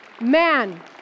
Man